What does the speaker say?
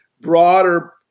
broader